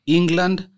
England